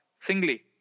singly